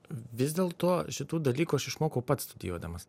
vis dėl to šitų dalykų aš išmokau pats studijuodamas